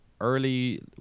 Early